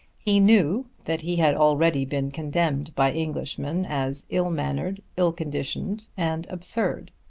he knew that he had already been condemned by englishmen as ill-mannered, ill-conditioned and absurd.